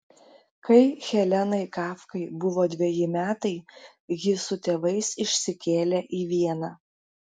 kai helenai kafkai buvo dveji metai ji su tėvais išsikėlė į vieną